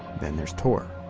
then, there's tor.